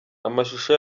amashusho